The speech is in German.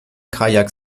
kajak